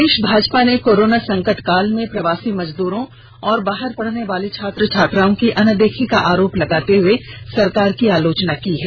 प्रदेश भाजपा ने कोरोना संकट काल में प्रवासी मजदूरों और बाहर पढ़ने वाले छात्र छात्राओं की अनदेखी का आरोप लगाते हुए सरकार की आलोचना की है